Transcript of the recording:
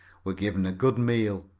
were given a good meal.